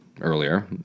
earlier